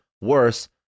worse